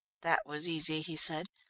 that was easy, he said.